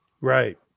Right